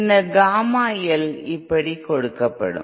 பின்னர் comma L இப்படி கொடுக்கப்படும்